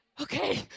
okay